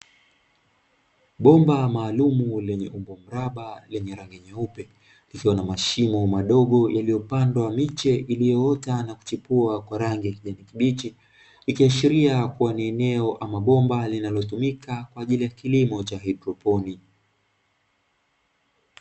Bomba maalumu lenye umbo mraba lenye rangi nyeupe likiwa na mashimo madogo yaliyopandwa miche iliyoota na kuchipua kwa rangi ya kijani kibichi, ikiashiria kuwa ni eneo ama bomba linalotumika kwa ajili ya kilimo cha haidroponi.